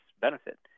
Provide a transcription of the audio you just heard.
benefit